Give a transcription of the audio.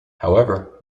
however